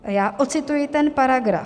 Já ocituji ten paragraf.